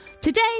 Today